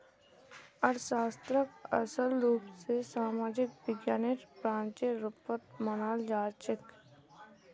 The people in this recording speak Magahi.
अर्थशास्त्रक असल रूप स सामाजिक विज्ञानेर ब्रांचेर रुपत मनाल जाछेक